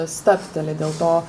stabteli dėl to